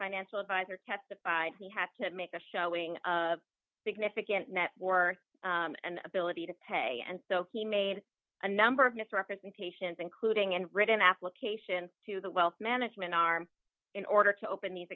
financial advisor testified he had to make a showing of significant net or an ability to pay and so he made a number of misrepresentations including and written application to the wealth management arm in order to open